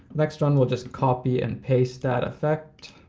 next one we'll just copy and paste that effect.